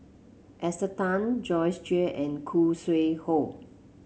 Esther Tan Joyce Jue and Khoo Sui Hoe